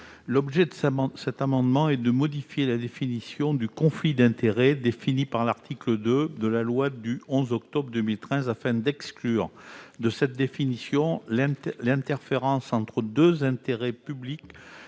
L'objet du présent amendement est de modifier la définition du conflit d'intérêts fixée à l'article 2 de la loi du 11 octobre 2013, afin d'exclure de cette définition l'interférence entre deux intérêts publics,